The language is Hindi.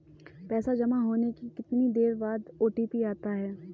पैसा जमा होने के कितनी देर बाद ओ.टी.पी आता है?